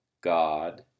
god